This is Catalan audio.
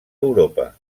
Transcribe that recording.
europa